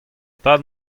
tad